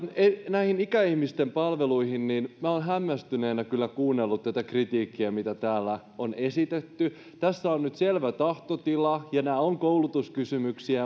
näihin ikäihmisten palveluihin olen hämmästyneenä kuunnellut kritiikkiä mitä täällä on esitetty tässä on nyt selvä tahtotila ja nämä ovat koulutuskysymyksiä